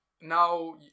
now